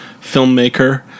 filmmaker